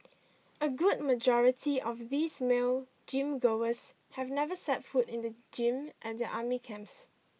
a good majority of these male gym goers had never set foot in the gym at their army camps